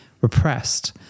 repressed